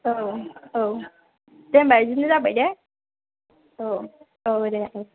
औ औ दे होनबा बिदिनो जाबाय दे औ औ दे